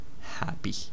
happy